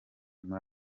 muri